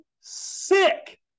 sick